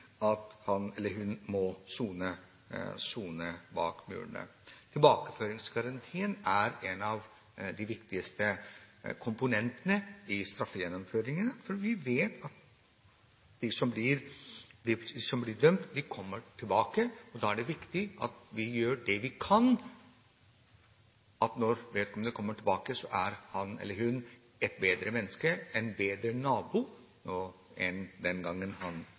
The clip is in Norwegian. at han eller hun må sone bak murene. Tilbakeføringsgarantien er en av de viktigste komponentene i straffegjennomføringen, for vi vet at de som blir dømt, kommer tilbake. Da er det viktig at vi gjør det vi kan for at når vedkommende kommer tilbake, er han eller hun et bedre menneske og en bedre nabo enn den gangen han